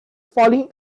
falling